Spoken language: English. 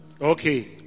Okay